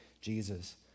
Jesus